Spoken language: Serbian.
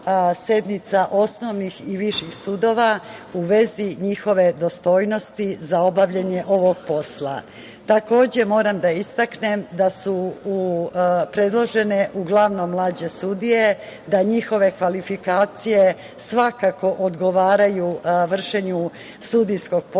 osnovnih i viših sudova u vezi njihove dostojnosti za obavljanje ovog posla. Takođe, moram da istaknem da su predložene uglavnom mlađe sudije, da njihove kvalifikacije svakako odgovaraju vršenju sudijskog posla,